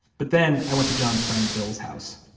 but then i went to john's friend bill's house.